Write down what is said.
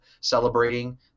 celebrating